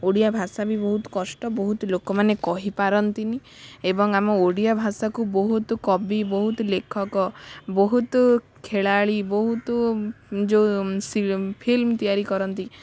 ଓଡ଼ିଆ ଭାଷା ବି ବହୁତ କଷ୍ଟ ବହୁତ ଲୋକମାନେ କହିପାରନ୍ତିନି ଏବଂ ଆମ ଓଡ଼ିଆ ଭାଷାକୁ ବହୁତ କବି ବହୁତ ଲେଖକ ବହୁତ ଖେଳାଳି ବହୁତ ଯେଉଁ ଫିଲ୍ମ ତିଆରି କରନ୍ତି